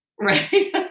Right